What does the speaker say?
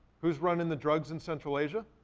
who's running the drugs in central asia?